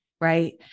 Right